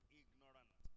ignorant